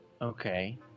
Okay